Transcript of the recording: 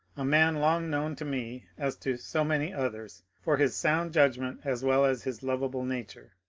a man long known to me as to so many others for his sound judgment as well as his lovable nature.